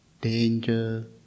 danger